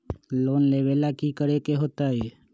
Loan लेवेला की करेके होतई?